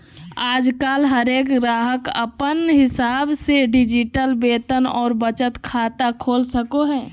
आजकल हरेक गाहक अपन हिसाब से डिजिटल वेतन और बचत खाता खोल सको हय